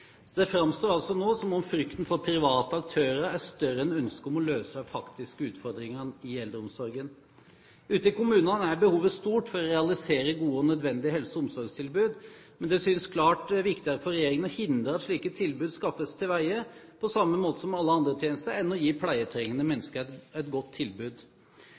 Det framstår altså nå som at frykten for private aktører er større enn ønsket om å løse de faktiske utfordringene i eldreomsorgen. Ute i kommunene er behovet stort for å realisere gode og nødvendige helse- og omsorgstilbud. Men det synes klart viktigere for regjeringen å hindre at slike tilbud skaffes til veie på samme måte som alle andre tjenester, enn å gi pleietrengende mennesker et godt tilbud.